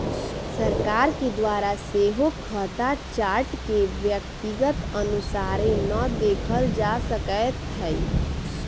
सरकार के द्वारा सेहो खता चार्ट के व्यक्तिगत अनुसारे न देखल जा सकैत हइ